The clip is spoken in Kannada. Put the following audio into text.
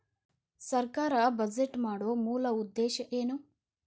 ಸರ್ಕಾರ್ ಬಜೆಟ್ ಮಾಡೊ ಮೂಲ ಉದ್ದೇಶ್ ಏನು?